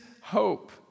hope